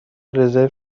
رزرو